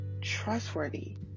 trustworthy